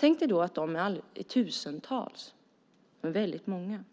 lever i drabbar tusentals. De är väldigt många.